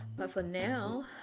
but for now.